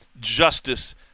justice